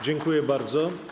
Dziękuję bardzo.